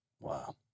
Wow